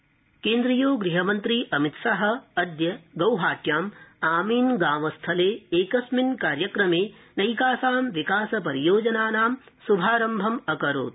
अमितशाह केन्द्रीयो गृहमन्त्री अमितशाह अद्य गौहाट्याम् आमीन गांव स्थले एकस्मिन् कार्यक्रमे नैकासां विकासपरियोजनानां श्भारम्भम अकरोत